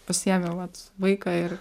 pasiėmiau vat vaiką ir